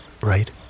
Right